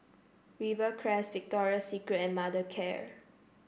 Rivercrest Victoria Secret and Mothercare